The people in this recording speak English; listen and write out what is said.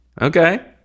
Okay